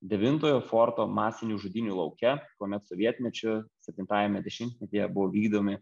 devintojo forto masinių žudynių lauke kuomet sovietmečiu septintajame dešimtmetyje buvo vykdomi